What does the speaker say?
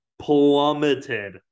plummeted